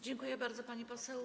Dziękuję bardzo, pani poseł.